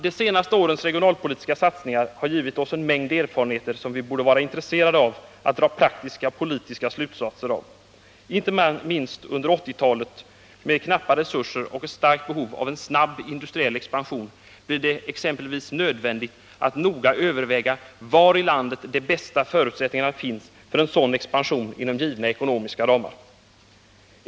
De senaste årens regionalpolitiska satsningar har givit oss en mängd erfarenheter, som vi borde vara intresserade av att dra praktiska politiska slutsatser av. Inte minst under 1980-talet med knappa resurser och ett starkt behov av en snabb industriell expansion blir det exempelvis nödvändigt att noga överväga var i landet de bästa förutsättningarna finns för en sådan expansion inom givna ekonomiska ramar.